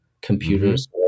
computers